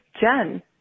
Jen